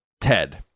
ted